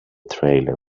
trailer